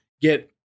get